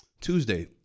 Tuesday